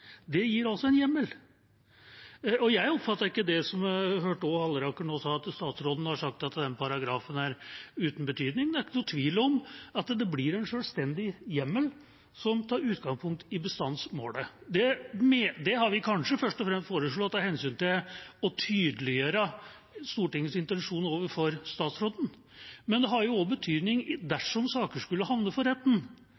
Det gir altså en hjemmel. Jeg hørte representanten Halleland nå sa at statsråden har sagt at den paragrafen er uten betydning. Det er ikke noen tvil om at det blir en selvstendig hjemmel som tar utgangspunkt i bestandsmålet. Det har vi kanskje først og fremst foreslått av hensyn til å tydeliggjøre Stortingets intensjoner overfor statsråden, men det har jo også betydning